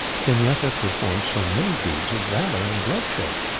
can yet have performed so many deeds of valour and bloodshed?